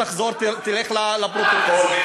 תחזור ותלך לפרוטוקול.